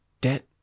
Debt